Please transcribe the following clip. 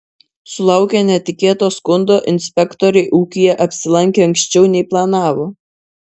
sulaukę netikėto skundo inspektoriai ūkyje apsilankė anksčiau nei planavo